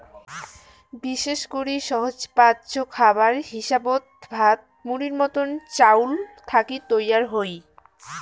বিশেষ করি সহজপাচ্য খাবার হিসাবত ভাত, মুড়ির মতন চাউল থাকি তৈয়ার হই